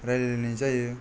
रायलायनाय जायो